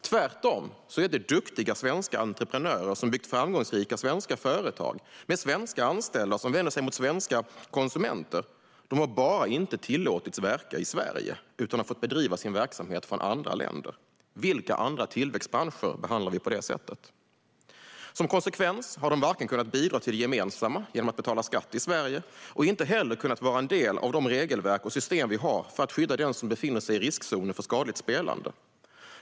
Tvärtom är det duktiga svenska entreprenörer som byggt framgångsrika svenska företag med svenska anställda och som vänder sig mot svenska konsumenter. De har bara inte tillåtits verka i Sverige utan har fått bedriva sin verksamhet från andra länder. Vilka andra tillväxtbranscher behandlar vi på det sättet? Som konsekvens har de inte kunnat bidra till det gemensamma genom att betala skatt i Sverige, och inte heller har de kunnat vara del av de regelverk och system vi har för att skydda den som befinner sig i riskzonen för skadligt spelande.